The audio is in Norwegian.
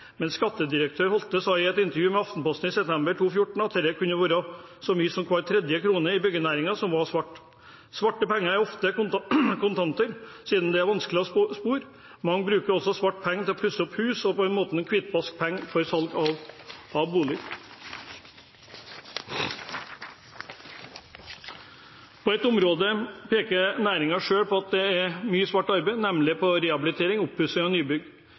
men skattedirektør Holte sa i et intervju med Aftenposten i november 2014 at det kunne være så mye som hver tredje krone i byggenæringen som var svart. Svarte penger er ofte kontanter, siden de er vanskelig å spore. Mange bruker også svarte penger til å pusse opp hus og på den måten hvitvaske pengene ved salg av bolig. På ett område peker næringen selv på at det er mye svart arbeid, nemlig rehabilitering, oppussing og